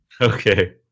Okay